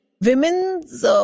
women's